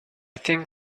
think